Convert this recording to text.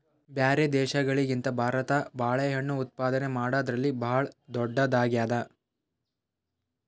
ಬ್ಯಾರೆ ದೇಶಗಳಿಗಿಂತ ಭಾರತ ಬಾಳೆಹಣ್ಣು ಉತ್ಪಾದನೆ ಮಾಡದ್ರಲ್ಲಿ ಭಾಳ್ ಧೊಡ್ಡದಾಗ್ಯಾದ